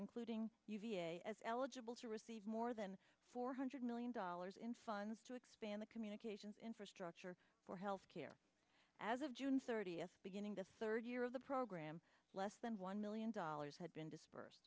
including uva as eligible to receive more than four hundred million dollars in funds to expand the communications infrastructure for health care as of june thirtieth beginning the third year of the program less than one million dollars had been disbursed